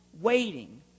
waiting